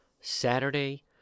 Saturday